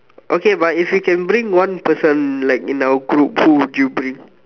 okay but if you can bring one person like in our group who would you bring